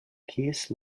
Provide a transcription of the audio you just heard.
case